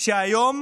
שהיום